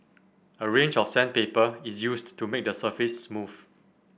a range of sandpaper is used to make the surface smooth